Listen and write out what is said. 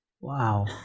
Wow